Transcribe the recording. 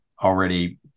already